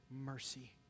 Mercy